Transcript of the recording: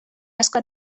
asko